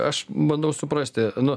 aš bandau suprasti nu